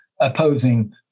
opposing